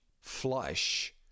flush